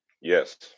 Yes